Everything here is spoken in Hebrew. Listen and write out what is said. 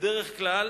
בדרך כלל